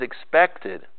expected